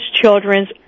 children's